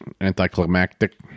anticlimactic